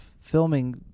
filming